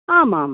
आम् आम्